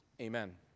Amen